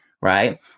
right